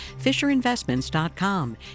FisherInvestments.com